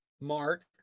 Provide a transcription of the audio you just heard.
mark